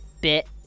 bit